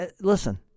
Listen